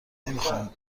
نمیخواهم